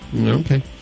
Okay